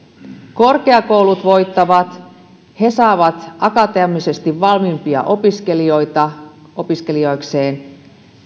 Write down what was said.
korkeakoulut voittavat he saavat akateemisesti valmiimpia opiskelijoita opiskelijoikseen